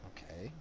Okay